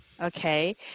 okay